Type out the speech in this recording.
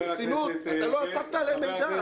אתה לא אספת עליהם מידע.